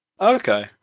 Okay